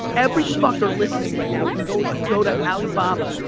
every fucker listening right now can go go to alibaba,